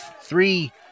Three